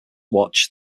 watch